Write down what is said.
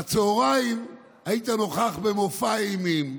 בצוהריים היית נוכח במופע אימים,